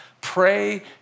Pray